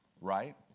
right